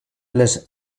les